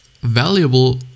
valuable